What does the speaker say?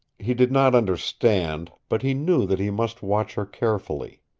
he did not understand, but he knew that he must watch her carefully.